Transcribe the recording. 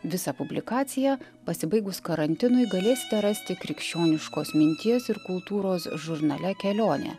visą publikaciją pasibaigus karantinui galėsite rasti krikščioniškos minties ir kultūros žurnale kelionė